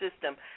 system